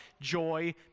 joy